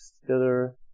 together